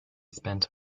spent